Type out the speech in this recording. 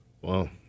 Wow